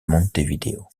montevideo